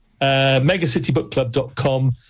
megacitybookclub.com